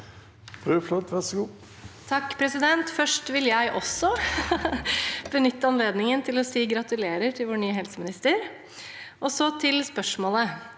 Først vil også jeg be- nytte anledningen til å si gratulerer til vår nye helseminister. Så til spørsmålet: